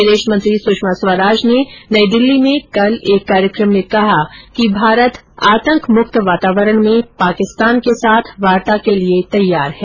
विदेश मंत्री सुषमा स्वराज ने नई दिल्ली में एक कार्यक्रम में कहा कि भारत आतंकमुक्त वातावरण में पाकिस्तान के साथ वार्ता के लिए तैयार है